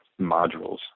modules